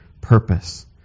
purpose